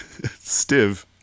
Stiv